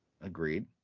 Agreed